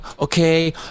okay